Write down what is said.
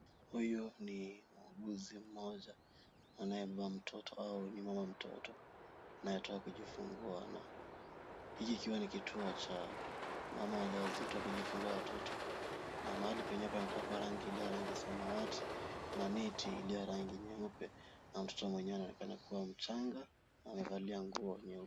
Huyu ni muuguzi mmoja anayebeba mtoto au ni mama mtoto anayetoka kujifungua, hiki kikiwa ni kituo cha mama wazito kujifungua watoto, na mahali penyewe pamepakwa rangi iliyo rangi ya samawati na neti iliyo ya rangi nyeupe, na mtoto mwenyewe anaonekana kuwa mchanga, na amevalia nguo nyeupe.